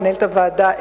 מנהלת הוועדה,